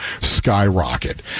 skyrocket